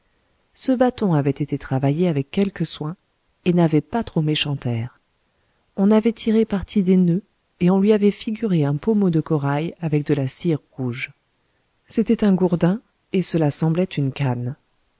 ce bâton avait été travaillé avec quelque soin et n'avait pas trop méchant air on avait tiré parti des noeuds et on lui avait figuré un pommeau de corail avec de la cire rouge c'était un gourdin et cela semblait une canne